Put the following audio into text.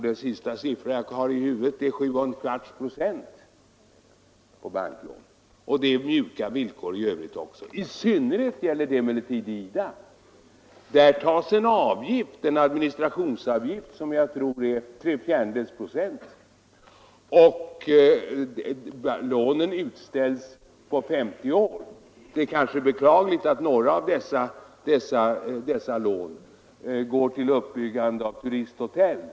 Den sista siffra som jag har i huvudet är 7 1 4 procent, och lånen utställs på 50 år. Det är kanske beklagligt att några av dessa lån går till uppbyggande av turisthotell.